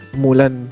mulan